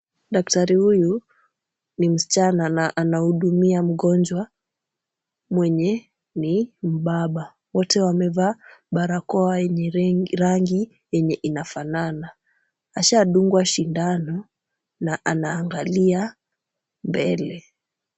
Daktari huyu ni msichana na anahudumia mgonjwa mwenye ni mbaba . Wote wamevaa barakoa yenye rangi yenye inafanana. Ashamdunga sindano na anaangalia mbele.